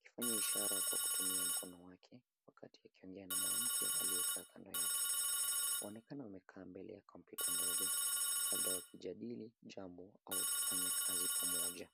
akifanya ishara kwa kutumia mkono wake, wakati akiongea na mwanamke aliyekaa kando yake. Wanaonekana wamekaa mbele ya kompyuta ndogo, labda wakijadili jambo au wakifanya kazi pamoja.